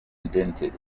indented